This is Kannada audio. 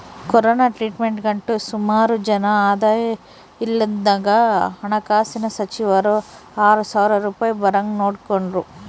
ಕೊರೋನ ಟೈಮ್ನಾಗಂತೂ ಸುಮಾರು ಜನ ಆದಾಯ ಇಲ್ದಂಗಾದಾಗ ಹಣಕಾಸಿನ ಸಚಿವರು ಆರು ಸಾವ್ರ ರೂಪಾಯ್ ಬರಂಗ್ ನೋಡಿಕೆಂಡ್ರು